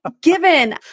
given